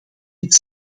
dit